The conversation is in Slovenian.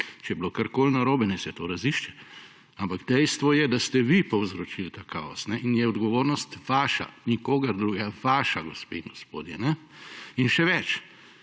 Če je bilo karkoli narobe, naj se to razišče, ampak dejstvo je, da ste vi povzročili ta kaos in je odgovornost vaša, nikogar drugega. Vaša, gospe in gospodje! Še več,